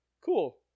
cool